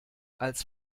als